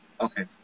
Okay